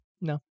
No